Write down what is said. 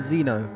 Zeno